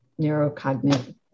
neurocognitive